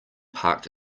parked